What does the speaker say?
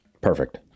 Perfect